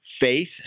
Faith